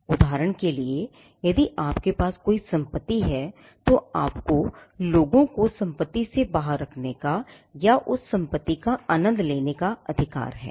उदाहरण के लिए यदि आपके पास कोई संपत्ति है तो आपको लोगों को संपत्ति से बाहर रखने का या उस संपत्ति का आनंद लेने का अधिकार है